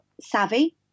savvy